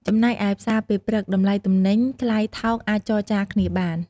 ចំណែកឯផ្សារពេលព្រឹក តម្លៃទំនិញថ្លៃថោកអាចចរចារគ្នាបាន។